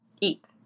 eat